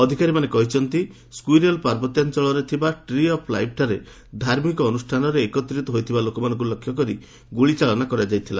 ଅଧିକାରୀମାନେ କହିଛନ୍ତି ସ୍କୁଇରେଲ୍ ପାର୍ବତ୍ୟାଞ୍ଚଳରେ ଥିବା 'ଟ୍ରି ଅଫ୍ ଲାଇଫ୍'ଠାରେ ଧାର୍ମିକ ଅନୁଷ୍ଠାନରେ ଏକତ୍ରିତ ହୋଇଥିବା ଲୋକମାନଙ୍କୁ ଲକ୍ଷ୍ୟ କରି ଗୁଳିଚାଳନା କରାଯାଇଥିଲା